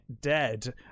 Dead